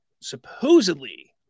supposedly